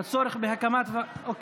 הצורך בהקמת, אוקיי,